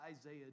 Isaiah